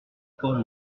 port